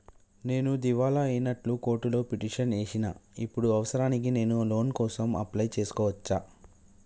నేను దివాలా అయినట్లు కోర్టులో పిటిషన్ ఏశిన ఇప్పుడు అవసరానికి నేను లోన్ కోసం అప్లయ్ చేస్కోవచ్చా?